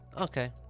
okay